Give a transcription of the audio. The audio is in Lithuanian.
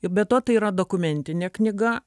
be to tai yra dokumentinė knyga